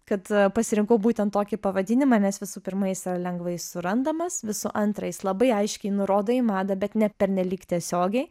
kad pasirinkau būtent tokį pavadinimą nes visų pirma jis yra lengvai surandamas visų antra jis labai aiškiai nurodo į madą bet ne pernelyg tiesiogiai